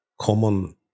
common